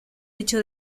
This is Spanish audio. hecho